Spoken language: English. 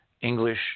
English